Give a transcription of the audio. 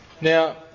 Now